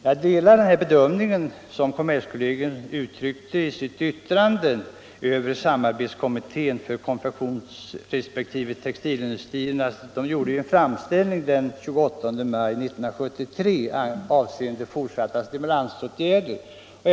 Jag delar den bedömning som kommerskollegium har gjort i sitt yttrande över samarbetskommittéernas för konfektionsresp. textilindustrierna gemensamma framställning av den 28 maj 1973 avseende fortsatta stimulansåtgärder för teko-industrierna.